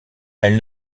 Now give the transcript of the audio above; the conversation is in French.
elle